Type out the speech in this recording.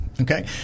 Okay